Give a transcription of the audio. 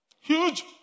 Huge